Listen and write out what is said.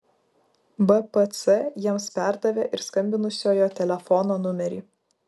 bpc jiems perdavė ir skambinusiojo telefono numerį